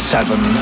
Seven